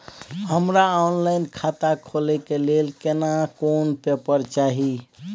हमरा ऑनलाइन खाता खोले के लेल केना कोन पेपर चाही?